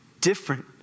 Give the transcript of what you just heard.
different